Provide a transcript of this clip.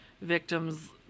victims